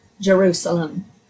Jerusalem